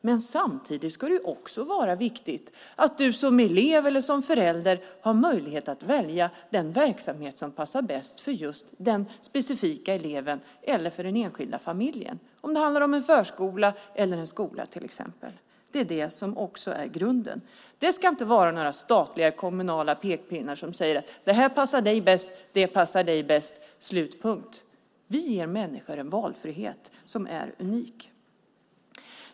Men samtidigt ska det vara viktigt att du som elev eller som förälder har möjlighet att välja den verksamhet som passar bäst för just den specifika eleven eller för den enskilda familjen. Det kan till exempel handla om en förskola eller en skola. Det är det som också är grunden. Det ska inte vara några statliga och kommunala pekpinnar som säger: Det här passar dig bäst och det här passar dig bäst - punkt slut! Vi ger människor en valfrihet som är unik.